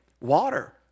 water